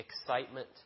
excitement